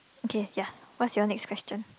okay ya what's your next question